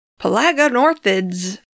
Pelagornithids